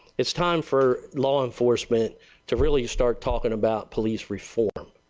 it is time for law enforcement to really start talking about police reform.